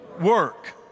work